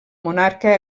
monarca